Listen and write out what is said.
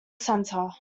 centre